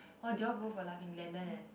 oh they all both were laughing Glenden and